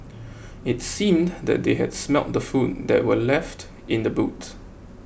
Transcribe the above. it seemed that they had smelt the food that were left in the boot